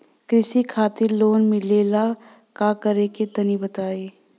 कृषि खातिर लोन मिले ला का करि तनि बताई?